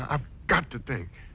i've got to think